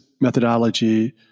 methodology